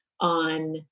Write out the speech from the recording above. on